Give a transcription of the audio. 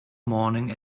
morning